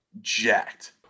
jacked